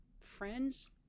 Friends